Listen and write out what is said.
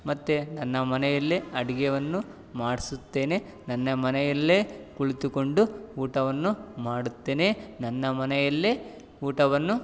ಮತ್ತು ನನ್ನ ಮನೆಯಲ್ಲೇ ಅಡುಗೆಯನ್ನು ಮಾಡಿಸುತ್ತೇನೆ ನನ್ನ ಮನೆಯಲ್ಲೇ ಕುಳಿತುಕೊಂಡು ಊಟವನ್ನು ಮಾಡುತ್ತೇನೆ ನನ್ನ ಮನೆಯಲ್ಲೇ ಊಟವನ್ನು